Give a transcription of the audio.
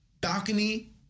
balcony